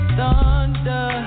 thunder